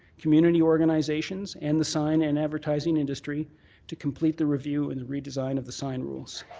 community organizations and the sign and advertising industry to complete the review and the redesign of the sign rules.